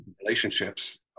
relationships